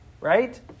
right